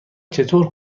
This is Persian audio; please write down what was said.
چطور